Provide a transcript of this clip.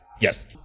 Yes